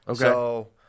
Okay